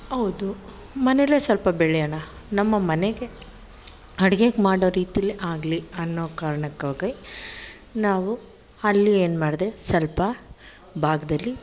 ಹೌದು ಮನೆಯಲ್ಲೇ ಸ್ವಲ್ಪ ಬೆಳ್ಯೋಣ ನಮ್ಮ ಮನೆಗೆ ಅಡ್ಗೇ ಮಾಡೋ ರೀತಿಲೇ ಆಗಲಿ ಅನ್ನೋ ಕಾರಣಕ್ಕಾಗಿ ನಾವು ಅಲ್ಲಿ ಏನು ಮಾಡಿದೆ ಸ್ವಲ್ಪ ಭಾಗದಲ್ಲಿ